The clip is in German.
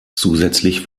zusätzlich